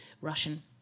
Russian